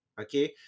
okay